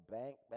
bank